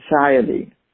society